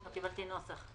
לא קיבלתי נוסח.